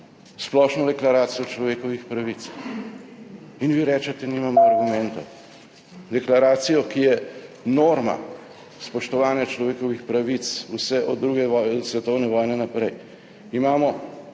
Splošno deklaracijo človekovih pravic in vi rečete, nimamo argumentov. Deklaracijo, ki je norma spoštovanja človekovih pravic vse od druge svetovne vojne naprej. Imamo